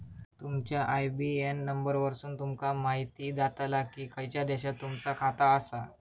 तुमच्या IBAN number वरसुन तुमका म्हायती जाताला की खयच्या देशात तुमचा खाता आसा